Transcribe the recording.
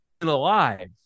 alive